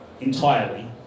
entirely